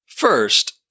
First